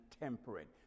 temperate